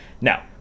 Now